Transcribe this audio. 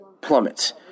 plummets